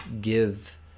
give